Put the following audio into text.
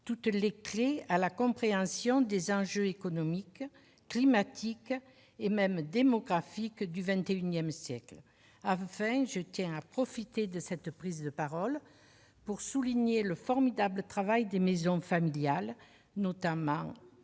nécessaires à la compréhension des enjeux économiques, climatiques et même démographiques du XXI siècle. Enfin, je tiens à profiter de cette prise de parole pour souligner le formidable travail des maisons familiales rurales,